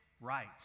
right